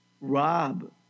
Rob